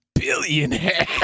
Billionaire